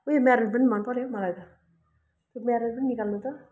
उयो मेरून पनि मनपर्यो हो मलाई त त्यो मेरून पनि निकाल्नु त